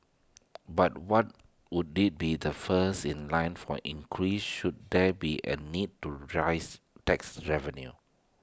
but what would they be the first in line for an increase should there be A need to raise tax revenue